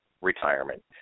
retirement